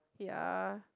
ya